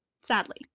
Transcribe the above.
sadly